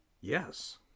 yes